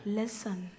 listen